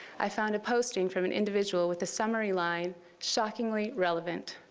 i found a posting from an individual with the summary line shockingly relevant.